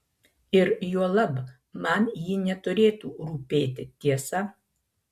ir juolab man ji neturėtų rūpėti tiesa